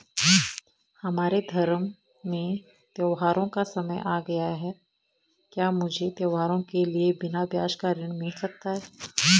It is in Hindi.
हमारे धर्म में त्योंहारो का समय आ गया है क्या मुझे त्योहारों के लिए बिना ब्याज का ऋण मिल सकता है?